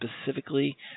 specifically